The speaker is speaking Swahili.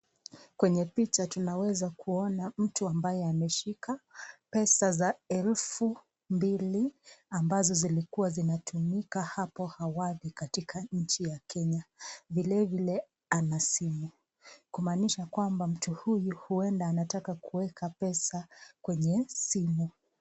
Kwenye picha tunaweza kuona mtu ambaye ameshika pesa za elfu mbili ambazo zilikua zinatumika hapo awali katika nchi ya Kenya. Vile vile ana simu, kumanisha kwamba mtu huyu anataka kuweka pesa kwenye simu.